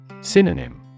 Synonym